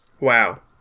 Wow